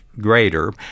greater